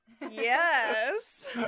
Yes